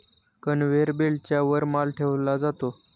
conveyor बेल्टच्या वर माल ठेवला जातो